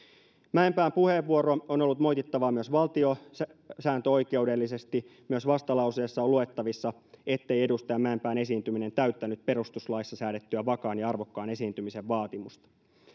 mäenpään puheenvuoro on ollut moitittava myös valtiosääntöoikeudellisesti myös vastalauseessa on luettavissa ettei edustaja mäenpään esiintyminen täyttänyt perustuslaissa säädettyä vakaan ja arvokkaan esiintymisen vaatimusta